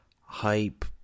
hype